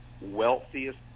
wealthiest